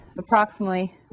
approximately